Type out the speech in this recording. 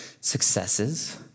successes